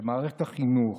במערכת החינוך,